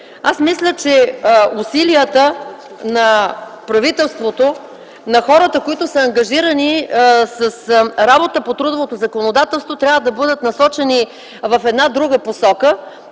Аз мисля, че усилията на правителството, на хората, които са ангажирани с работа по трудовото законодателство, трябва да бъдат насочени в друга посока,